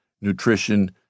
nutrition